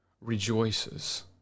rejoices